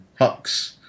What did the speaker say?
Hux